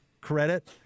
credit